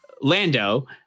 lando